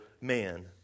man